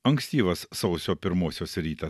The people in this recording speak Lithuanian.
ankstyvas sausio pirmosios rytas